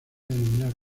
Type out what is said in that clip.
denominar